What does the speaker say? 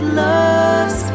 loves